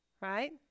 right